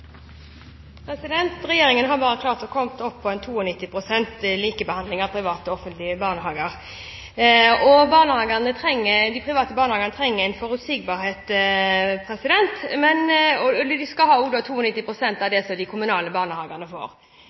Regjeringen har klart å komme opp på 92 pst. likebehandling av private og offentlige barnehager. De private barnehagene trenger forutsigbarhet, og skal altså ha 92 pst. av det de kommunale barnehagene får.